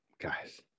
guys